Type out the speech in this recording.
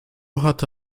hatte